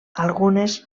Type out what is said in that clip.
algunes